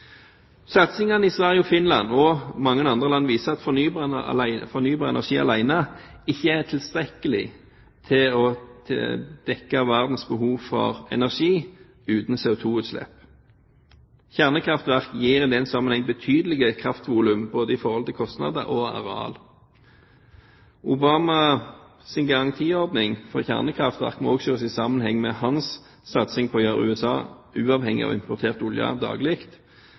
Satsingene i Sverige og Finland og i mange andre land viser at fornybar energi alene ikke er tilstrekkelig til å dekke verdens behov for energi uten CO2-utslipp. Kjernekraftverk gir i den sammenheng betydelige kraftvolum både i forhold til kostnader og areal. Obamas garantiordning for kjernekraftverk må også ses i sammenheng med hans satsing på å gjøre USA uavhengig av importert olje daglig,